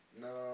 No